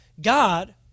God